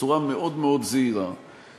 ובצורה מאוד מאוד זהירה,